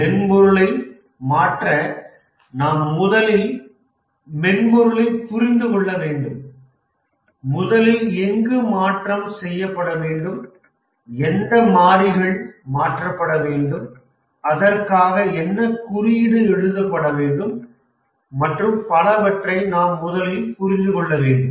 மென்பொருளை மாற்ற நாம் முதலில் மென்பொருளைப் புரிந்து கொள்ள வேண்டும் முதலில் எங்கு மாற்றம் செய்யப்பட வேண்டும் எந்த மாறிகள் மாற்றப்பட வேண்டும் அதற்காக என்ன குறியீடு எழுதப்பட வேண்டும் மற்றும் பலவற்றை நாம் முதலில் புரிந்து கொள்ள வேண்டும்